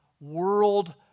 world